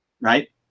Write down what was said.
Right